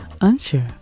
unsure